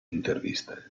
interviste